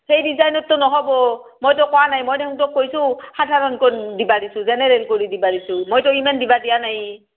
সেই ডিজাইনত ত' নহ'ব মইতো কোৱা নাই মই দেখোন তোক কৈছো সাধাৰণকৈ দিব দিছো জেনেৰেল কৰি দিব দিছো মইতো ইমান দিব দিয়া নাই